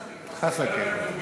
חסקה.